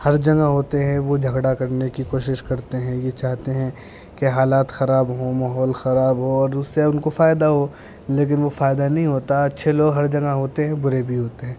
ہر جگہ ہوتے ہیں وہ جھگڑا کرنے کی کوشش کرتے ہیں یہ چاہتے ہیں کہ حالات خراب ہوں ماحول خراب ہو اور اس سے ان کو فائدہ ہو لیکن وہ فائدہ نہیں ہوتا اچھے لوگ ہر جگہ ہوتے ہیں برے بھی ہوتے ہیں